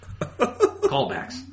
Callbacks